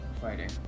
fighting